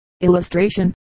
illustration